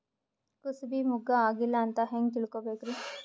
ಕೂಸಬಿ ಮುಗ್ಗ ಆಗಿಲ್ಲಾ ಅಂತ ಹೆಂಗ್ ತಿಳಕೋಬೇಕ್ರಿ?